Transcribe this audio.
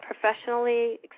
professionally